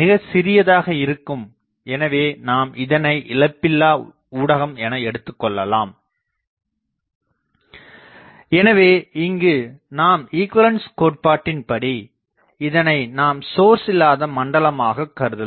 மிகச்சிறியதாக இருக்கும் எனவே நாம் இதனை இழப்பில்லா ஊடகம் என எடுத்துக்கொள்ளலாம் எனவே இங்கு நாம் ஈகுவலன்ஸ் கோட்பாட்டின்படி இதனை நாம் சோர்ஸ் இல்லாத மண்டலமாகக் காணலாம்